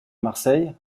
marseille